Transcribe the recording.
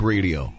Radio